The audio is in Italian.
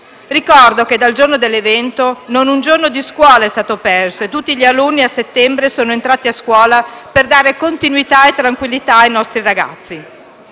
Ricordo che, dal giorno dell'evento, non un giorno di scuola è stato perso e tutti gli alunni a settembre sono entrati a scuola, con continuità e tranquillità. Certamente